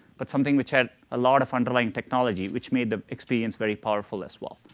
but something which had a lot of underlying technology which made the experience very powerful as well.